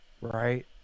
Right